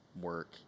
work